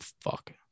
fuck